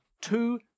two